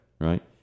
Right